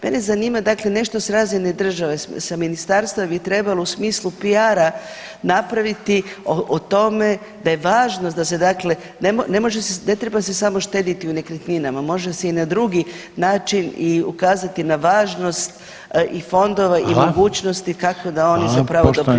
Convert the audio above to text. Mene zanima dakle nešto s razine države, sa ministarstva bi trebalo u smislu PR-a napraviti o tome da je važno da se dakle, ne treba se samo štedjeti u nekretninama može se i na drugi način i ukazati na važnost i fondova i mogućnosti kako da oni [[Upadica: Hvala.]] zapravo doprinesu.